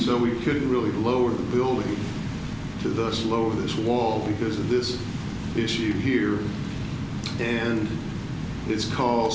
so we couldn't really lower the building to the slow this wall because of this issue here and it's ca